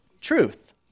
truth